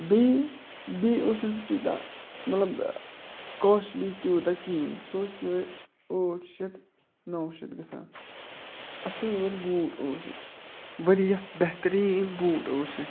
بیٚیہِ بیٚیہِ اوس نہٕ سُہ تیوٗتاہ مطلب کاسٹلی تیوٗتاہ کِہیٖنۍ سُہ اوس یِہَے ٲٹھ شیٚتھ نَو شیٚتھ گَژھان اَصۭل بوٗٹھ اوس واریاہ بہتریٖن بوٗٹھ اوس